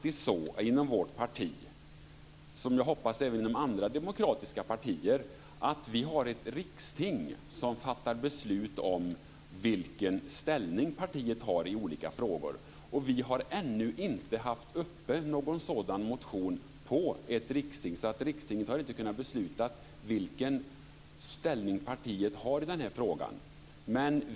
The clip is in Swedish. Inom vår parti har vi liksom, hoppas jag, inom andra demokratiska partier ett riksting som fattar beslut om vilken ställning partiet har i olika frågor. Vi har ännu inte haft uppe någon sådan motion på ett riksting. Rikstinget har därför inte kunnat besluta vilken ställning partiet har i den här frågan.